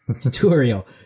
tutorial